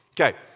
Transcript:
Okay